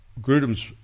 Grudem's